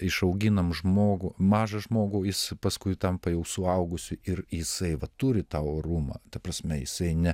išauginam žmogų mažą žmogų jis paskui tampa jau suaugusiu ir jisai va turi tą orumą ta prasme jisai ne